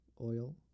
oil